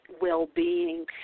well-being